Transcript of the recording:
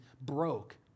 broke